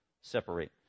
separate